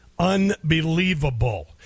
Unbelievable